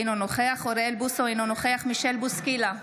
אינו נוכח אוריאל בוסו, אינו נוכח מישל בוסקילה,